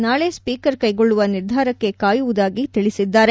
ನಾಳಿ ಸ್ವೀಕರ್ ಕೈಗೊಳ್ಳುವ ನಿರ್ಧಾರಕ್ಕಾಗಿ ಕಾಯುವುದಾಗಿ ತಿಳಿಸಿದ್ದಾರೆ